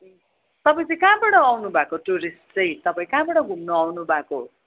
तपाईँ चाहिँ कहाँबाट आउनु भएको टुरिस्ट चाहिँ तपाईँ कहाँबाट घुम्नु आउनु भएको